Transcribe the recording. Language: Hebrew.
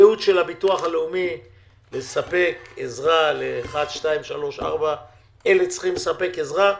הייעוד של הביטוח הלאומי הוא לספק עזרה למי שצריכים את העזרה.